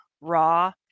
Raw